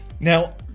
Now